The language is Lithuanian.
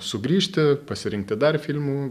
sugrįžti pasirinkti dar filmų